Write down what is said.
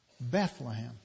Bethlehem